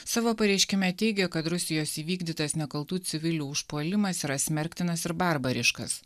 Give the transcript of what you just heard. savo pareiškime teigė kad rusijos įvykdytas nekaltų civilių užpuolimas yra smerktinas ir barbariškas